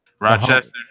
Rochester